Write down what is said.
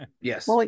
Yes